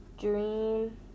dream